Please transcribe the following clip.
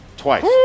Twice